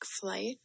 flight